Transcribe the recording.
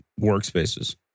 workspaces